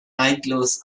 neidlos